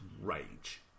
rage